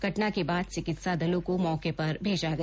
घटना के बाद चिकित्सा दलों को मौके पर भेजा गया